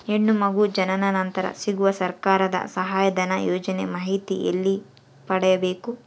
ಹೆಣ್ಣು ಮಗು ಜನನ ನಂತರ ಸಿಗುವ ಸರ್ಕಾರದ ಸಹಾಯಧನ ಯೋಜನೆ ಮಾಹಿತಿ ಎಲ್ಲಿ ಪಡೆಯಬೇಕು?